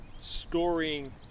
storing